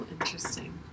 interesting